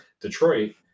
Detroit